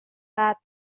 بعد